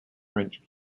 french